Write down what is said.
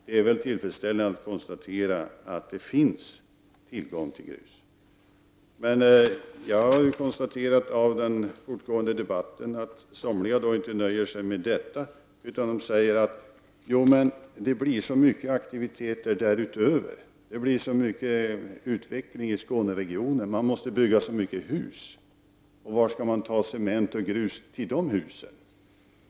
Det är väl tillfredsställande att konstatera att det finns tillgång till grus. Men jag har av den fortgående debatten konstaterat att somliga inte nöjer sig med detta utan säger: Jo, men det blir så mycket aktiviteter därutöver. Det blir en sådan utveckling i Skåneregionen; man måste bygga så mycket hus, och varifrån skall man ta cement och grus till dem?